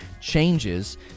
changes